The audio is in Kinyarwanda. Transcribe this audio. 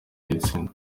gitsina